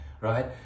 right